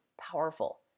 powerful